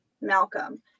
Malcolm